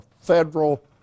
federal